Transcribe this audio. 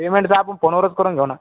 पेमेंटचं आपण फोनवरच करुन घेऊ ना